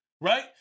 Right